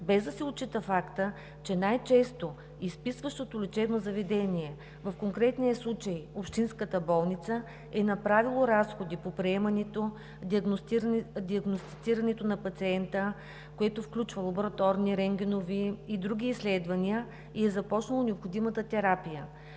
– в конкретния случай най често изписващото лечебно заведение, че общинската болница е направила разходи по приемането и диагностицирането на пациента, което включва лабораторни, рентгенови и други изследвания, и е започнала необходимата терапия.